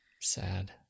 Sad